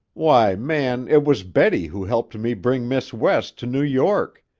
why, man, it was betty who helped me bring miss west to new york,